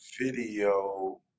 video